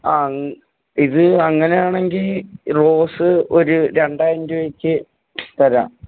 ആ അങ് ഇത് അങ്ങനെയാണെങ്കിൽ റോസ് ഒരു രണ്ടായിരം രൂപയ്ക്ക് തരാം